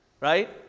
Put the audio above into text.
right